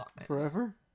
Forever